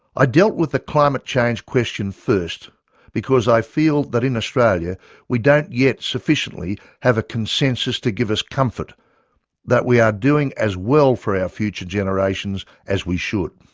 i dealt with the climate change question first because i feel that in australia we don't yet sufficiently have a consensus to give us comfort that we are doing as well for our future generations as we should.